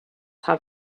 have